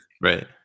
Right